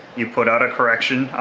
you put out a correction.